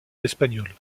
espagnols